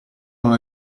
non